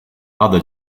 other